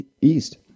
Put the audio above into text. East